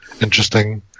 interesting